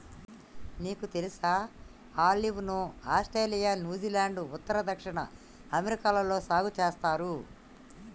నీకు తెలుసా ఆలివ్ ను ఆస్ట్రేలియా, న్యూజిలాండ్, ఉత్తర, దక్షిణ అమెరికాలలో సాగు సేస్తారు